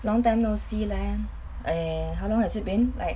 long time no see leh eh how long has it been like